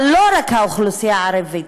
אבל לא רק האוכלוסייה הערבית,